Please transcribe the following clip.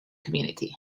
community